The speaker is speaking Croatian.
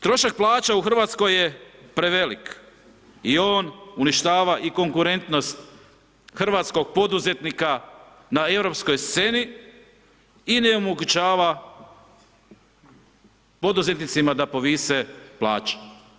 Trošak plaća u Hrvatskoj je prevelik i on uništava i konkurentnost hrvatskog poduzetnika na europskoj sceni i ne omogućava poduzetnicima da povise plaće.